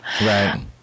Right